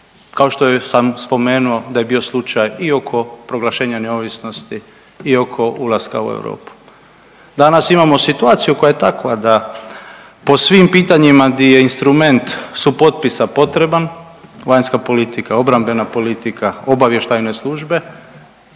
kao što sam spomenuo da je bio slučaj i oko proglašenja neovisnosti i oko ulaska u Europu. Danas imamo situaciju koja je takva da po svim pitanjima gdje je instrument supotpisa potreban vanjska politika, obrambena politika, obavještajne službe